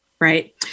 right